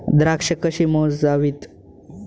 द्राक्षे कशी मोजावीत?